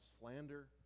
slander